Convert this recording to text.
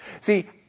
See